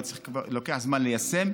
אבל לוקח זמן ליישם.